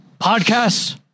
Podcasts